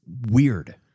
weird